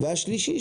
השלישית,